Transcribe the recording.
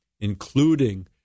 including